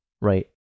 right